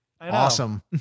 Awesome